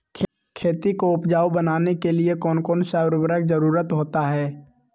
खेती को उपजाऊ बनाने के लिए कौन कौन सा उर्वरक जरुरत होता हैं?